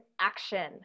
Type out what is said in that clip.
action